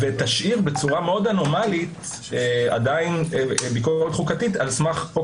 ותשאיר בצורה מאוד אנומלית עדיין ביקורת חוקתית על סמך חוק